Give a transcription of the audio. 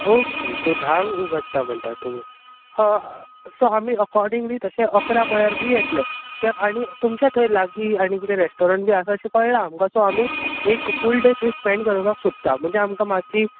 okay so धांक उगडटा म्हणटा तुमी सो आमी अकोर्डिंगली तशें इकरांक म्हळ्यार बी येतले कित्याक आनी तुमच्या थंय लागीं आनी कितें रेस्टोरंट बी आसा पडलां सो आमी एक फूल डे स्पेण्ड करपाक सोदता म्हणजे म्हाका मात्शी